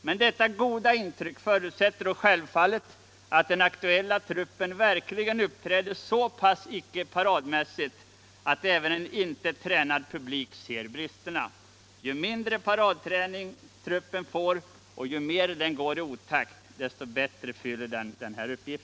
Men detta goda intryck förutsätter då självfallet att den aktuella truppen verkligen uppträder så pass icke-paradmässigt att även en icke tränad publik ser ”bristerna”. Ju mindre paradträning .gruppen får och ju mer den går i otakt. desto bättre fyller den denna uppgift.